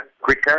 quicker